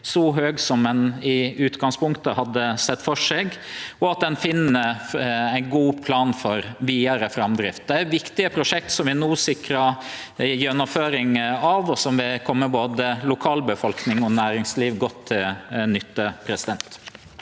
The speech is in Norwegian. så høg som ein i utgangspunktet hadde sett føre seg, og at ein finn ein god plan for vidare framdrift. Det er viktige prosjekt vi no sikrar gjennomføringa av, og dei vil kome både lokalbefolkning og næringsliv godt til nytte. Frank